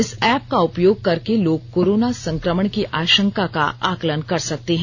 इस ऐप का उपयोग करके लोग कोरोना संक्रमण की आशंका का आकलन कर सकते हैं